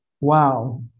wow